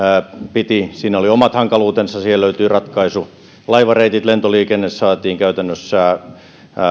piti tukkia siinä oli omat hankaluutensa siihen löytyi ratkaisu laivareitit lentoliikenne saatiin käytännössä